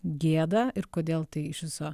gėda ir kodėl tai iš viso